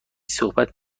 صحبت